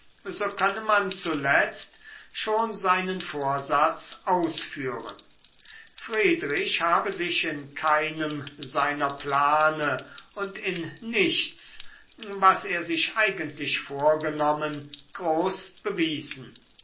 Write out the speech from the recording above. so könne man zuletzt schon seinen vorsatz ausführen friedrich habe sich in keinem seiner plane und in nichts was er sich eigentlich vorgenommen groß bewiesen